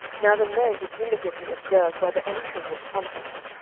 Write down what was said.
now the men did diligently observe whether any thing would come from him,